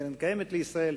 קרן קיימת לישראל,